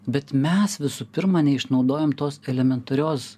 bet mes visų pirma neišnaudojom tos elementarios